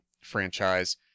franchise